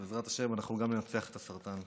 ובעזרת השם, אנחנו גם ננצח את הסרטן.